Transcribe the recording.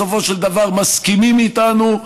בסופו של דבר מסכימים איתנו,